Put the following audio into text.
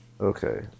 Okay